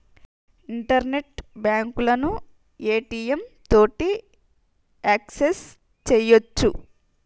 internet బాంకులను ATM తోటి access సెయ్యొచ్చు